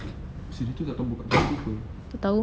si dia tu tak tahu buka Facebook ke apa